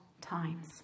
times